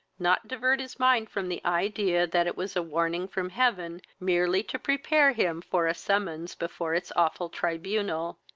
not divert his mind from the idea that it was a warning from heaven, merely to prepare him for a summons before its awful tribunal.